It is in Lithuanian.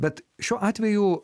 bet šiuo atveju